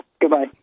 Goodbye